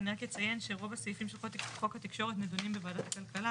אני רק אציין שרוב הסעיפים של חוק התקשורת נדונים בוועדת כלכלה,